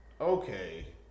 Okay